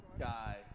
guy